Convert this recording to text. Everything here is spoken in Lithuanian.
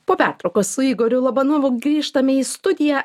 po pertraukos su igoriu labano grįžtame į studiją